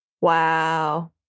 Wow